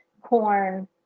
corn